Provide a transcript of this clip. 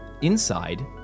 inside